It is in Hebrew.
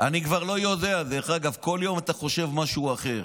אני כבר לא יודע, כל יום אתה חושב משהו אחר.